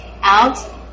out